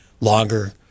longer